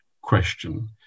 question